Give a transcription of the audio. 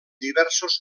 diversos